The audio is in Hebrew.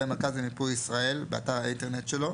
המרכז למיפוי ישראל באתר האינטרנט שלו